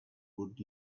would